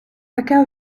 таке